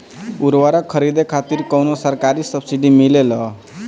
उर्वरक खरीदे खातिर कउनो सरकारी सब्सीडी मिलेल?